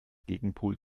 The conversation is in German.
gegenpol